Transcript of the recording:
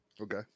Okay